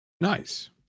Nice